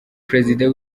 perezida